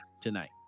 tonight